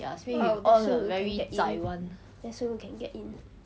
!wow! then sheng wu can get in then sheng wu can get in